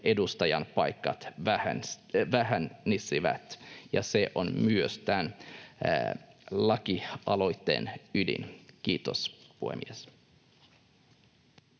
edustajanpaikat vähenisivät, ja se on myös tämän lakialoitteen ydin. — Kiitos, puhemies.